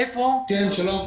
שלום,